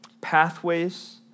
pathways